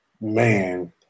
man